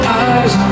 eyes